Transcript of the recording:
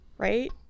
Right